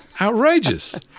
outrageous